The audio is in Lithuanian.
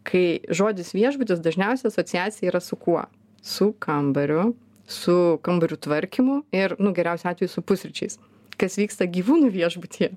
kai žodis viešbutis dažniausiai asociacija yra su kuo su kambariu su kambarių tvarkymu ir nu geriausiu atveju su pusryčiais kas vyksta gyvūnų viešbutyje